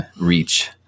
reach